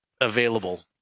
available